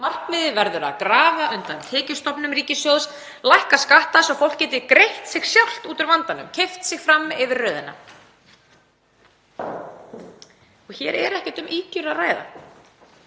Markmiðið verður að grafa undan tekjustofnum ríkissjóðs, lækka skatta svo að fólk geti greitt sig sjálft út úr vandanum, keypt sig fram fyrir röðina. Og hér er ekkert um ýkjur að ræða.